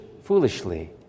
foolishly